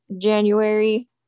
January